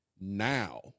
now